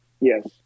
Yes